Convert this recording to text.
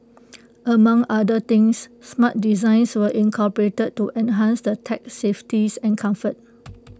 among other things smart designs were incorporated to enhance the tug's safeties and comfort